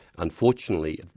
unfortunately,